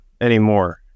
anymore